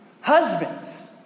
Husbands